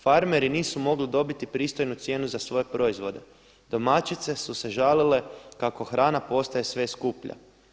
Farmeri nisu mogli dobiti pristojnu cijenu za svoje proizvode, domaćice su se žalile kako hrana postaje sve skuplja.